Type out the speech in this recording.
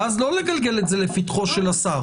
ואז לא לגלגל את זה לפתחו של השר,